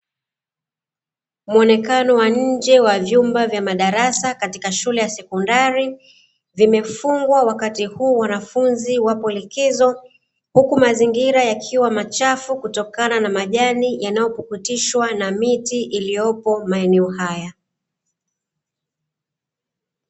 Muonekano wa nje wa vyumba vya madarasa katika shule ya sekondari, vimefungwa wakati huu wanafunzi wapo likizo, huku mazingira yakiwa machafu, kutokana na majani yanayopukutishwa na miti iliyopo maeneo haya.